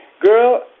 Girl